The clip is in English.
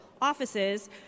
offices